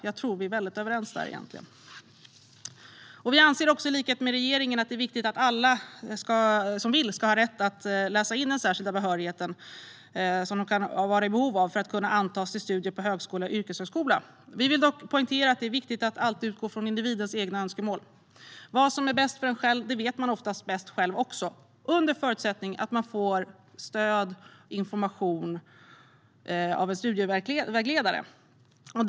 Jag tror att vi är överens där. Vi anser i likhet med regeringen att det är viktigt att alla som vill ska ha rätt att läsa in den särskilda behörighet som de kan vara i behov av för att kunna antas till studier på högskola eller yrkeshögskola. Vi vill dock poängtera att det är viktigt att alltid utgå från individens egna önskemål. Vad som är bäst för en själv vet man oftast bäst själv under förutsättning att man får stöd och information av en studievägledare.